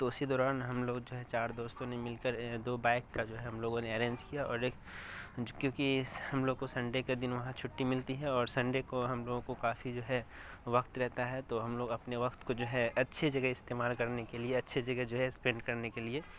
تو اسی دوران ہم لوگ جو ہے چار دوستوں نے مل کر دو بائیک کا جو ہے ہم لوگوں نے ارینج کیا اور ایک کیونکہ ہم لوگ کو سنڈے کے دن وہاں چھٹی ملتی ہے اور سنڈے کو ہم لوگوں کو کافی جو ہے وقت رہتا ہے تو ہم لوگ اپنے وقت کو جو ہے اچھی جگہ استعمال کرنے کے لیے اچھی جگہ جو ہے اسپنڈ کرنے کے لیے